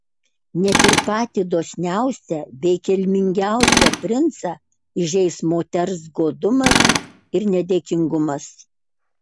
net ir patį dosniausią bei kilniausią princą įžeis moters godumas ir nedėkingumas